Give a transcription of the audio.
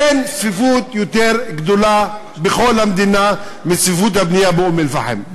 אין צפיפות יותר גדולה בכל המדינה מצפיפות הבנייה באום-אלפחם,